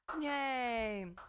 Yay